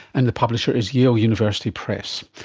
and the publisher is yale university press.